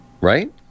right